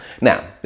Now